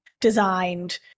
designed